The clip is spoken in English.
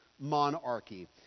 monarchy